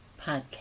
podcast